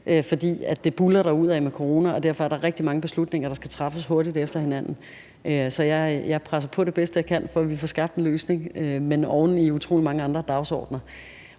fordi det buldrer derudaf med corona. Og derfor er der rigtig mange beslutninger, der skal træffes hurtigt efter hinanden. Så jeg presser på det bedste, jeg kan, for, at vi får skabt en løsning, men altså oven i utrolig mange andre dagsordener.